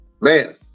Man